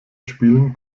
spielen